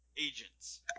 agents